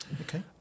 Okay